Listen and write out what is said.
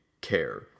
care